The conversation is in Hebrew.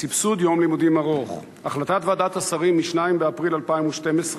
סבסוד יום לימודים ארוך: החלטת ועדת השרים מ-2 באפריל 2012,